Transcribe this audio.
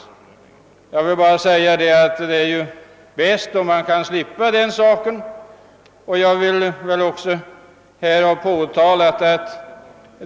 Härtill vill jag bara säga, att det ju ändå är bäst om man kan slippa att göra det.